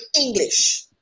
English